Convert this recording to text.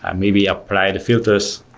ah maybe apply the filters.